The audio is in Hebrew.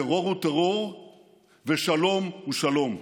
טרור הוא טרור ושלום הוא שלום.